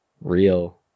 real